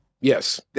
Yes